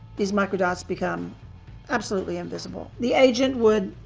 these microdots become absolutely invisible. the agent would,